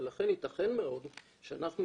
ולכן ייתכן מאוד שאנחנו,